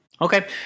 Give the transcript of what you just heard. okay